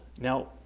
Now